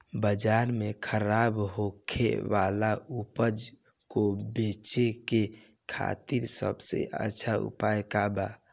बाजार में खराब होखे वाला उपज को बेचे के खातिर सबसे अच्छा उपाय का बा?